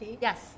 Yes